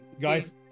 guys